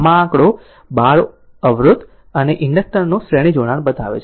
આમ આ આંકડો 12 અવરોધ અને ઇન્ડક્ટર નું શ્રેણી જોડાણ બતાવે છે